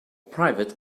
private